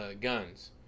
guns